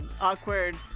awkward